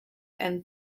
and